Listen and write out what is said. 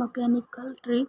mechanical tree